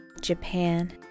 Japan